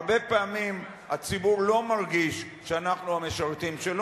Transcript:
הרבה פעמים הציבור לא מרגיש שאנחנו המשרתים שלו,